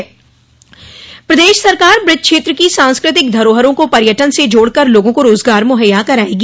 प्रदेश सरकार ब्रज क्षेत्र की सांस्कृतिक धरोहरों को पर्यटन से जोड़कर लोगों को रोजगार मुहैया करायेगी